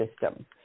system